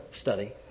study